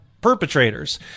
perpetrators